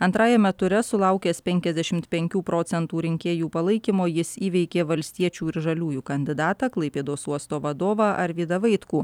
antrajame ture sulaukęs penkiasdešimt penkių procentų rinkėjų palaikymo jis įveikė valstiečių ir žaliųjų kandidatą klaipėdos uosto vadovą arvydą vaitkų